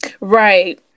right